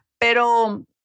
pero